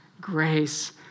grace